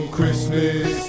Christmas